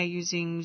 using